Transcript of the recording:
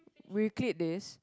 we cleared this